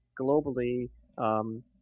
globally